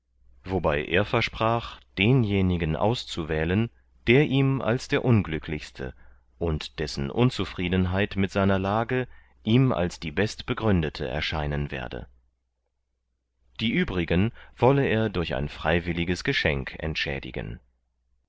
wobei er versprach denjenigen auszuwählen der ihm als der unglücklichste und dessen unzufriedenheit mit seiner lage ihm als die best begründete erscheinen werde die uebrigen wollte er durch ein freiwilliges geschenk entschädigen